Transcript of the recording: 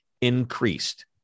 increased